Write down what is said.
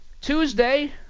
Tuesday